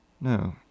No